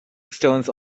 stones